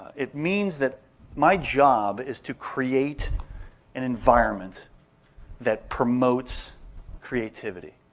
it means that my job is to create an environment that promotes creativity.